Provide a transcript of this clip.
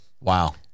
Wow